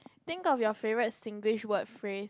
think of your favorite Singlish word free